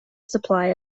supply